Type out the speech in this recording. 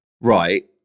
Right